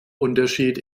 unterschied